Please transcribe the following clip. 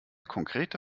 konkrete